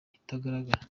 itagaragara